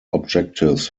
objectives